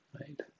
right